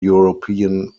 european